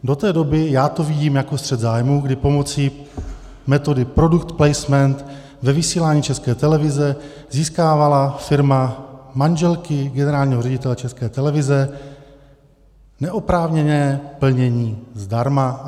Do té doby já to vidím jako střet zájmů, kdy pomocí metody product placement ve vysílání České televize získávala firma manželky generálního ředitele České televize neoprávněné plnění zdarma.